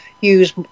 use